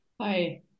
Hi